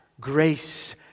grace